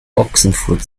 ochsenfurt